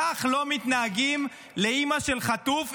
כך לא מתנהגים לאימא של חטוף,